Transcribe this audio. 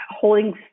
holding